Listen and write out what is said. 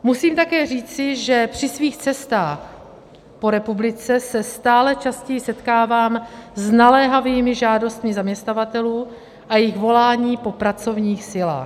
Musím také říci, že při svých cestách po republice se stále častěji setkávám s naléhavými žádostmi zaměstnavatelů a jejich voláním po pracovních silách.